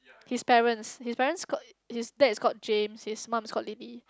his parents his parents called his dad is called James his mum is called Lily